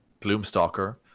gloomstalker